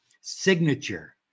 signature